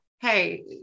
Hey